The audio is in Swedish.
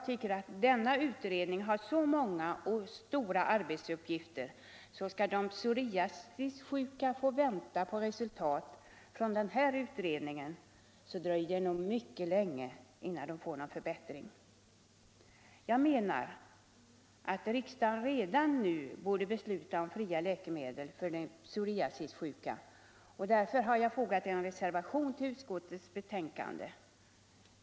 Men den utredningen har så många och stora arbetsuppgifter att de psoriasissjuka, om de skall avvakta resultatet från denna, nog får vänta mycket länge. Jag menar att riksdagen redan nu borde besluta om fria läkemedel för de psoriasissjuka, och därför har jag fogat en reservation till utskottets betänkande.